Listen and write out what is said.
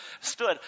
stood